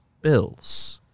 Bills